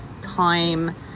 time